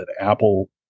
Apple